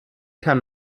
kann